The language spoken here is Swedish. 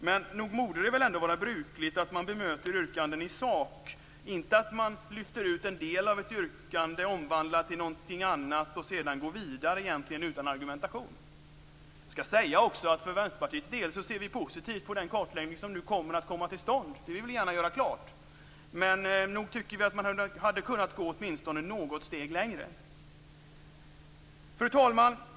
Men nog borde det väl vara brukligt att man bemöter yrkanden i sak, inte att man lyfter ut en del av ett yrkande omvandlat till något annat för att sedan gå vidare, egentligen utan argumentation. Vi i Vänsterpartiet ser positivt på den kartläggning som nu skall komma till stånd; det vill vi gärna göra klart. Men nog tycker vi att man hade kunnat gå åtminstone något steg längre. Fru talman!